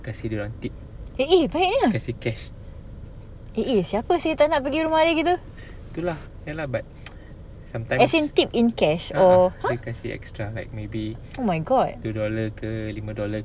eh eh baiknya lah eh eh siapa seh tak nak pergi rumah dia gitu as in tip in cash or !huh! oh my god